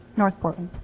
north portland.